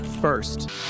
first